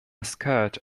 skirt